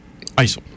ISIL